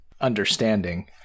understanding